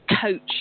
coach